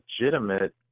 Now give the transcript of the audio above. legitimate